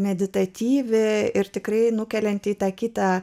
meditacijai vėją ir tikrai nukelianti į tą kitą